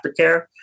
aftercare